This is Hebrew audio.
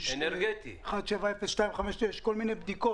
יש כל מיני בדיקות.